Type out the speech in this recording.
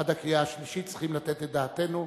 עד הקריאה השלישית, צריכים לתת את דעתנו,